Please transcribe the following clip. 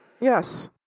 Yes